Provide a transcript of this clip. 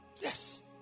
Yes